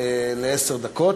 לעשר דקות.